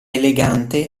elegante